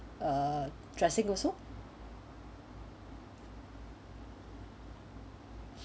uh dressing also